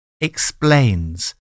explains